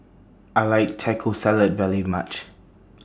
I like Taco Salad very much